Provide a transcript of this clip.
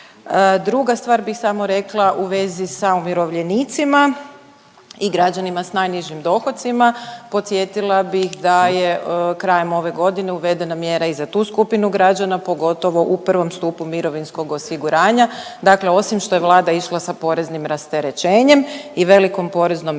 Druga stvar bih samo rekla u vezi sa umirovljenicima i građanima sa najnižim dohocima. Podsjetila bih da je krajem ove godine uvedena mjera i za tu skupinu građana pogotovo u prvom stupu mirovinskog osiguranja. Dakle, osim što je Vlada išla sa poreznim rasterećenjem i velikom poreznom reformom